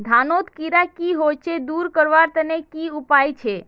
धानोत कीड़ा की होचे दूर करवार तने की उपाय छे?